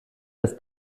das